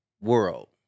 world